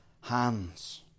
hands